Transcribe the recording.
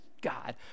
god